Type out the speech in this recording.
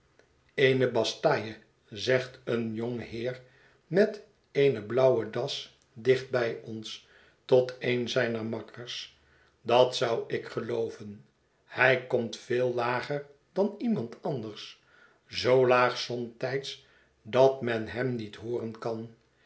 eene bastaille zegt een jong heer met eene blauwe das dicht bij ons tot een zijner makkers dat zou ik gelooven hij komt veel lager dan iemand anders zoo laag somtijds dat men hem niet hooren kan